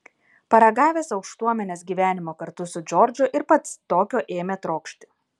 paragavęs aukštuomenės gyvenimo kartu su džordžu ir pats tokio ėmė trokšti